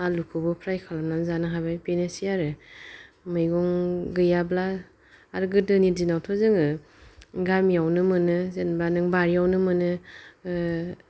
आलुखौबो fry खालामनानै जानो हाबाय बेनोसै आरो मैगं गैयाब्ला आरो गोदोनि दिनावथ' जोङो गामियावनो मोनो जेनबा नों बारियावनो मोनो